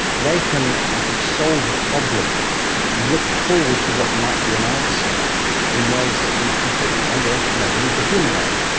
they can actually solve a problem and look forward to what might be an answer in ways that we've completely underestimated and which are human-like.